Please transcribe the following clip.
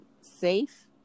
safe